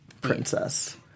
princess